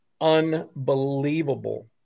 unbelievable